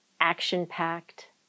Action-packed